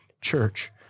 Church